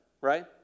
right